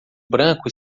branco